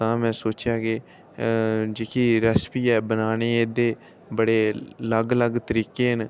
तां तां में सोचेआ कि जेह्की रैसिपी ऐ बनाने दे एह्दे बड़े अलग अलग तरीके न